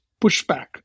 pushback